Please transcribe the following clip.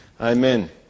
Amen